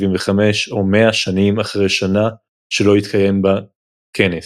75 או 100 שנים אחרי שנה שלא התקיים בה כנס.